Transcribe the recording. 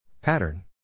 Pattern